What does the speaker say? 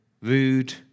rude